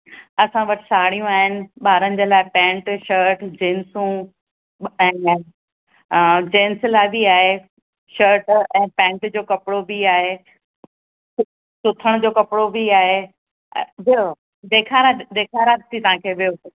असां वटि साड़ियूं आहिनि ॿारनि जे लाइ पैंट शर्ट जींसू ॿारनि लाइ जेंट्स लाइ बि आहे शर्ट ऐं पैंट जो कपिड़ो बि आहे सुथणु जो कपिड़ो बि आहे ॾेखारियांव थी तव्हां खे विहो